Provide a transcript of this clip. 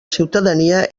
ciutadania